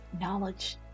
knowledge